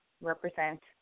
represent